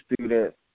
students